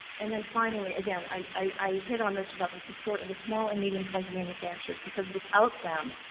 and then finally, again, i hit on this about the support of the small and medium-sized manufacturers because without them,